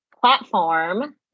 platform